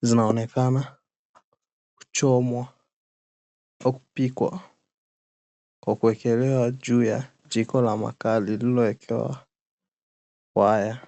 zinaonekana 𝑘𝑢𝑐homwa kwa kupikwa kwa kuekelewa juu ya jiko la makaa lililowekewa waya.